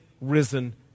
risen